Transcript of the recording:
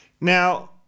Now